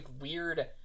weird